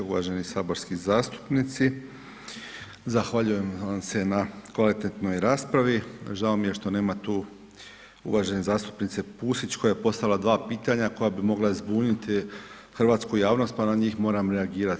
Uvaženi saborski zastupnici, zahvaljujem vam se na kvalitetnoj raspravi, žao mi što nema tu uvažene zastupnice Pusić koja je postavila dva pitanja koja bi mogla zbuniti hrvatsku javnost pa na njih moram reagirati.